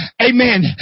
Amen